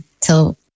till